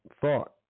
thought